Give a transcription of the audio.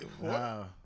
Wow